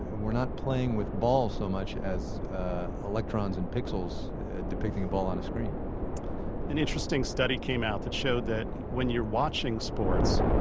and we're not playing with balls so much as ah electrons and pixels depicting a ball on a screen an interesting study came out that showed that when you're watching sports,